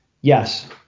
Yes